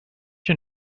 you